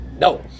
no